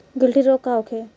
गिल्टी रोग का होखे?